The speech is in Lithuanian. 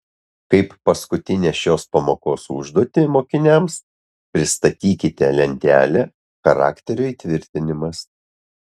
kaip paskutinę šios pamokos užduotį mokiniams pristatykite lentelę charakterio įtvirtinimas